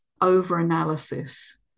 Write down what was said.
overanalysis